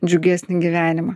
džiugesnį gyvenimą